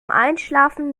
einschlafen